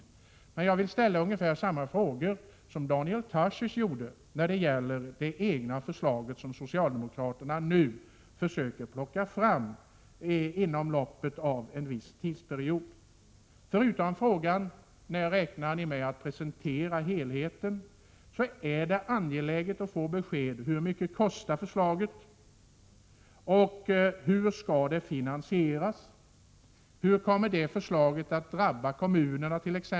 Jag vill emellertid ställa ungefär samma frågor som Daniel Tarschys ställde beträffande det förslag som socialdemokraterna nu försöker plocka fram inom loppet av en viss tidsperiod. Förutom ett svar på frågan när ni räknar med att presentera helheten, är det angeläget att få besked om hur mycket förslaget kostar och hur det skall finansieras. Hur kommer ert förslag att drabba kommunerna?